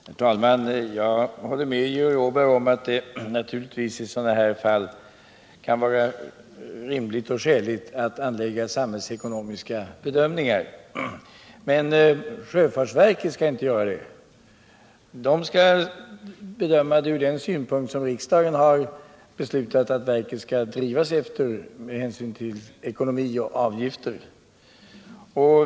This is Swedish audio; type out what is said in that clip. Herr talman! Jag håller med Georg Åberg om att det naturligtvis i sådana här fall kan vara rimligt och skäligt att göra samhällsekonomiska bedömningar. Men sjöfartsverket skall inte göra det. Sjöfartsverket skall bedöma frågan från synpunkter som stämmer med de villkor enligt vilka riksdagen har beslutat att verket skall drivas med hänsyn till ekonomi och avgifter.